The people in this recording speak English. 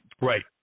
right